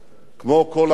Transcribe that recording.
כמו כל העם,